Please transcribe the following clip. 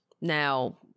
Now